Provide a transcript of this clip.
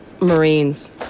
Marines